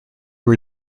were